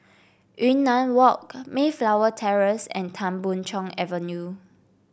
Yunnan Walk Mayflower Terrace and Tan Boon Chong Avenue